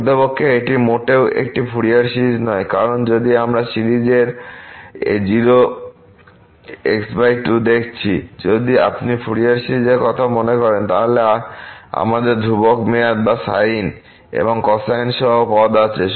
প্রকৃতপক্ষে এটি মোটেও একটি ফুরিয়ার সিরিজ নয় কারণ যদি আমরা সিরিজের a0 x 2 দেখছি যদি আপনি ফুরিয়ার সিরিজের কথা মনে করেন তাহলে আমাদের ধ্রুবক মেয়াদ বা সাইন এবং কোসাইন সহ পদ আছে